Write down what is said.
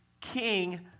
king